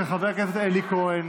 של חבר הכנסת אלי כהן.